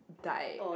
died